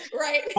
Right